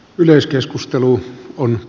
yleiskeskustelu on